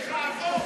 דרך האבות.